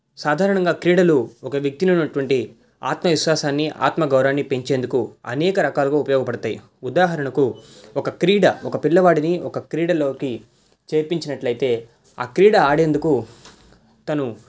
సాధారణంగా క్రీడలు ఒక వ్యక్తిలో ఉన్నటువంటి ఆత్మవిశ్వాసాన్ని ఆత్మ గౌరవాన్నిపెంచేందుకు అనేక రకాలుగా ఉపయోగపడుతాయి ఉదాహరణకు ఒక క్రీడ ఒక పిల్లవాడిని ఒక క్రీడలోకి చేర్పించినట్లు అయితే ఆ క్రీడా ఆడేందుకు తను